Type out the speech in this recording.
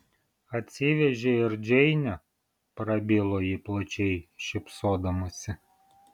atsivežei ir džeinę prabilo ji plačiai šypsodamasi